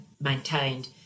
maintained